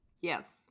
Yes